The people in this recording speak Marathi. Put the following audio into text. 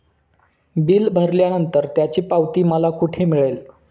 बिल भरल्यानंतर त्याची पावती मला कुठे मिळेल?